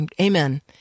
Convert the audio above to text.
Amen